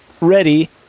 ready